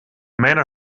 miner